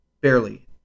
barely